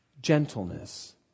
gentleness